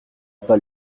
pas